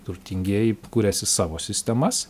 turtingieji kuriasi savo sistemas